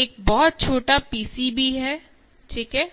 एक बहुत छोटा पीसीबी है ठीक है